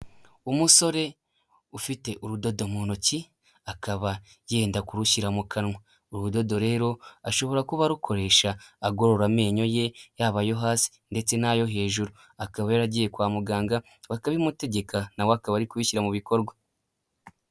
Umusore ufite urudodo mu ntoki akaba yenda kurushyira mu kanwa, urudodo rero ashobora kuba arukoresha agorora amenyo ye yaba ayo hasi ndetse n'ayo hejuru, akaba yaragiye kwa muganga bakabimutegeka na we akaba ari kubishyira mu bikorwa.